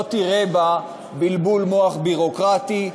לא תראה בה בלבול מוח ביורוקרטי,